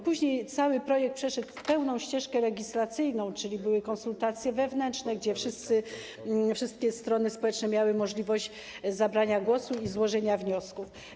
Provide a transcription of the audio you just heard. Później cały projekt przeszedł pełną ścieżkę legislacyjną, czyli były konsultacje wewnętrzne, gdzie wszystkie strony społeczne miały możliwość zabrania głosu i złożenia wniosków.